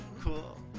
Cool